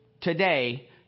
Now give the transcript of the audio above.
today